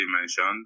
mentioned